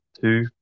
two